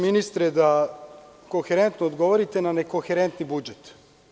Ministre, ne možete koherentno da odgovorite na nekoherentni budžet.